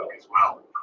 as well.